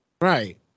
Right